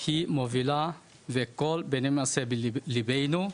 היא מובילה וכל מעשה שלה נמצא בליבנו.